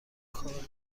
کارگروه